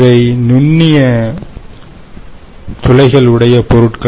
இவை நுண்ணிய துளைகளை உடைய பொருட்கள்